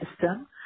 system